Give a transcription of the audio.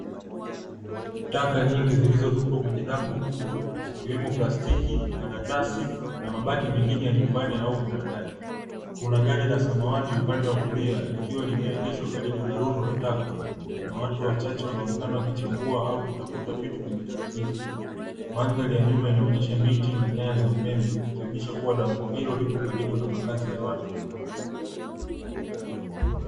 Taka nyingi zilizotupwa kwenye dampo kubwa, zikiwemo plastiki, karatasi na mabaki mengine ya nyumbani au viwandani, kuna gari la samawati upande wa kulia likiwa limeegeshwa karibu na rundo la taka na watu wachache wanaonekana wakichambua au wakitafuta vitu kwenye taka hizo. Mandhari ya nyuma inaonyesha miti na nyaya za umeme, ikionyesha kuwa dampo hilo lipo karibu na makazi ya watu.